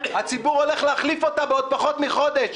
הציבור הולך להחליף אותה בעוד פחות מחודש.